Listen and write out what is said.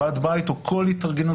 ועד בית או כל התארגנות,